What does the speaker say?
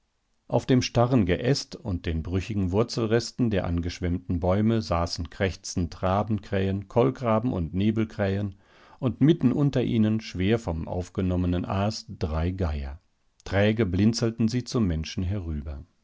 auf dem starren geäst und den brüchigen wurzelresten der angeschwemmten bäume saßen krächzend rabenkrähen kolkraben und nebelkrähen und mitten unter ihnen schwer vom aufgenommenen aas drei geier träge blinzelten sie zum menschen herüber